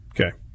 Okay